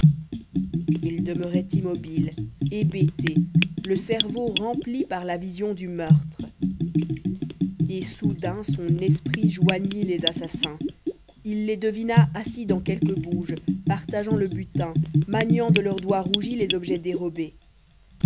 il demeurait immobile hébété le cerveau rempli par la vision du meurtre et soudain son esprit joignit les assassins il les devina assis dans quelque bouge partageant le butin maniant de leurs doigts rougis les objets dérobés